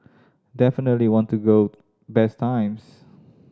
definitely want to go best times